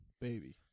Baby